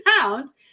pounds